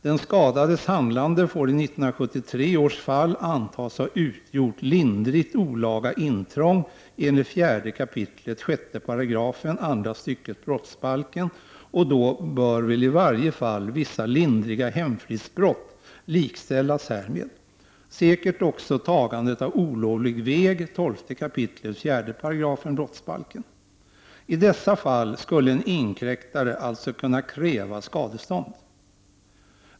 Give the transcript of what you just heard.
Den skadades handlande får i 1973 års fall antas ha utgjort olaga intrång enligt 4 kap. 6§ andra stycket brottsbalken och då bör väl i varje fall vissa lindriga hemfridsbrott likställas härmed — säkert också tagande av olovlig väg . I dessa fall skulle en inkräktare alltså kunna kräva skadestånd.